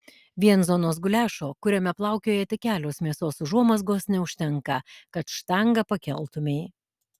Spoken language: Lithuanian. vien zonos guliašo kuriame plaukioja tik kelios mėsos užuomazgos neužtenka kad štangą pakeltumei